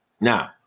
Now